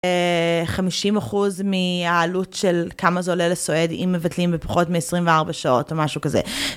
50% מהעלות של כמה זה עולה לסועד אם מבטלים בפחות מ-24 שעות או משהו כזה.